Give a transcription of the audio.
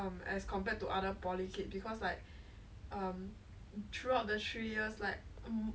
ya lor it's really not flexible lah like you should you can tell me the next time you should ask or something lor